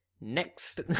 Next